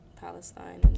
Palestine